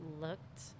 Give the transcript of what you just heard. looked